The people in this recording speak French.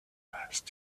base